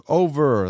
over